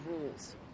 rules